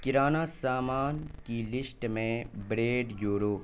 کرانہ سامان کی لیسٹ میں بڑیڈ جوڑو